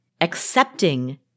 accepting